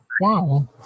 wow